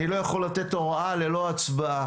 אני לא יכול לתת הוראה ללא הצבעה.